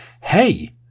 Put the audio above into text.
hey